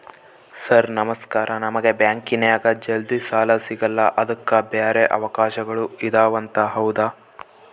Sir ನಮಸ್ಕಾರ ನಮಗೆ ಬ್ಯಾಂಕಿನ್ಯಾಗ ಜಲ್ದಿ ಸಾಲ ಸಿಗಲ್ಲ ಅದಕ್ಕ ಬ್ಯಾರೆ ಅವಕಾಶಗಳು ಇದವಂತ ಹೌದಾ?